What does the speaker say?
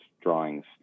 drawings